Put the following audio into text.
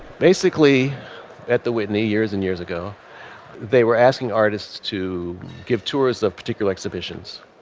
basically at the whitney. years and years ago they were asking artists to give tours of particular exhibitions.